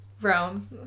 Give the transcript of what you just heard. Rome